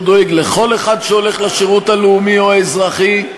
דואג לכל אחד שהולך לשירות הלאומי או האזרחי.